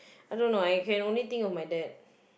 I don't know I can only think of my dad